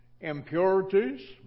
impurities